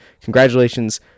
congratulations